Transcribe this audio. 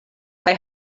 kaj